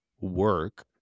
Work